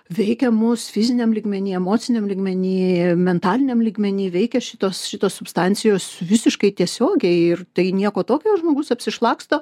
veikia mus fiziniam lygmeny emociniam lygmeny mentaliniam lygmeny veikia šitos šitos substancijos visiškai tiesiogiai ir tai nieko tokio žmogus apsišlaksto